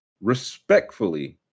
Respectfully